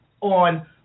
on